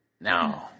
No